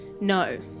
No